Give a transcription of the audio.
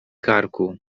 karku